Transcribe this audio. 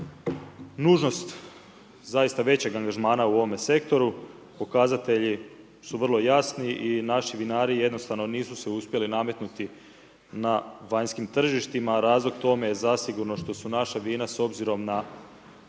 nužnost zaista većeg angažmana u ovome sektoru. Pokazatelji su vrlo jasni i naši vinari jednostavno nisu se uspjeli nametnuti na vanjskim tržištima, razlog tome je zasigurno što su naša vina s obzirom na